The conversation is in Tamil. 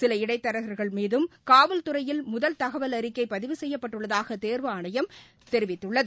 சில இடைத்தரகர்கள் மீதம் காவல்துறையில் தகவல் அறிக்கைபதிவு முதல் செய்யப்பட்டுள்ளதாகதேர்வு ஆணையம் தெரிவித்துள்ளது